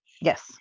Yes